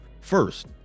first